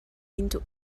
into